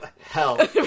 hell